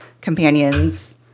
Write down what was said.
companions